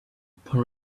upon